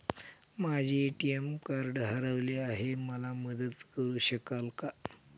माझे ATM card हरवले आहे, मला मदत करु शकाल का?